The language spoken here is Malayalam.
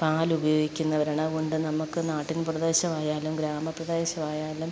പാൽ ഉപയോഗിക്കുന്നവരാണ് അതുകൊണ്ട് നമുക്ക് നാട്ടിൻപ്രദേശം ആയാലും ഗ്രാമപ്രദേശം ആയാലും